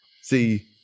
See